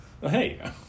Hey